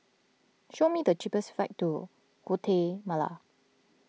show me the cheapest flights to Guatemala